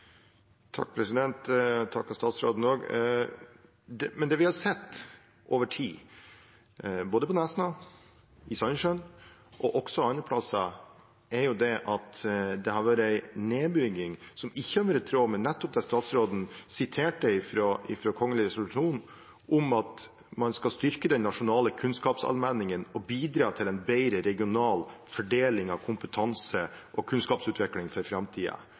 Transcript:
Jeg takker statsråden. Det vi har sett over tid, både på Nesna, i Sandnessjøen og også andre plasser, er at det har vært en nedbygging som ikke har vært i tråd med nettopp det statsråden siterte fra i den kongelige resolusjonen om at man skal «styrke den nasjonale kunnskapsallmenningen og bidra til en bedre regional fordeling av kompetanse og kunnskapsutvikling for